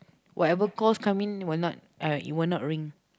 whatever calls comes in it will not uh it will not ring